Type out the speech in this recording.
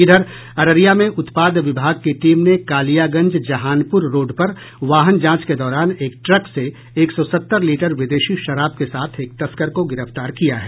इधर अररिया में उत्पाद विभाग की टीम ने कालियागंज जहानपुर रोड पर वाहन जांच के दौरान एक ट्रक से एक सौ सत्तर लीटर विदेशी शराब के साथ एक तस्कर को गिरफ्तार किया है